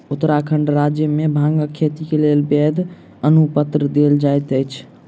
उत्तराखंड राज्य मे भांगक खेती के लेल वैध अनुपत्र देल जाइत अछि